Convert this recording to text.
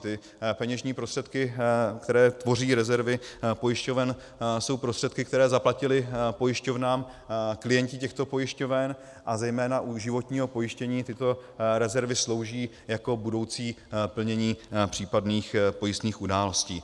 Ty peněžní prostředky, které tvoří rezervy pojišťoven, jsou prostředky, které zaplatili pojišťovnám klienti těchto pojišťoven, a zejména u životního pojištění tyto rezervy slouží jako budoucí plnění případných pojistných událostí.